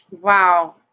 Wow